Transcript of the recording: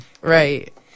Right